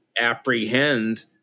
apprehend